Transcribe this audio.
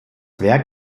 werk